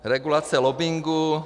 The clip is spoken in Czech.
Regulace lobbingu.